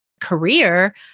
career